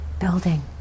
building